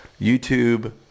YouTube